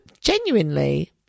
genuinely